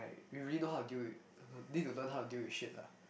we really know how to deal with need to learn how to deal with shit lah